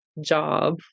job